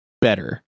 better